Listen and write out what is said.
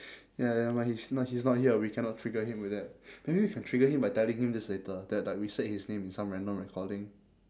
ya never mind he's not he's not here we cannot trigger him with that maybe we can trigger him by telling him this later that like we said his name in some random recording